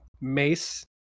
mace